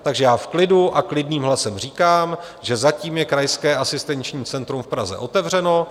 Takže já v klidu a klidným hlasem říkám, že zatím je Krajské asistenční centrum v Praze otevřeno.